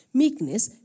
meekness